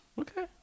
Okay